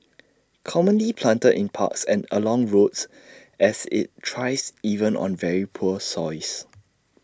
commonly planted in parks and along roads as IT tries even on very poor soils